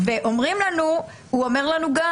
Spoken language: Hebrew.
הוא גם אומר לנו: